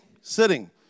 sitting